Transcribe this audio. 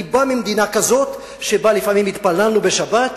אני ממדינה כזאת שבה לפעמים התפללנו בשבת,